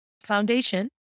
foundation